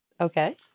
Okay